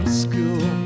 school